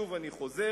שוב אני חוזר,